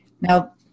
Now